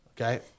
okay